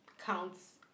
Counts